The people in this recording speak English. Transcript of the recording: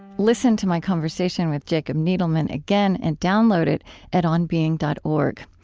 listen to my conversation with jacob needleman again and download it at onbeing dot org.